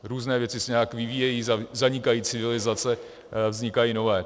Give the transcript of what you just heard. Různé věci se nějak vyvíjejí, zanikají civilizace, vznikají nové.